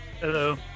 hello